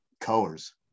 colors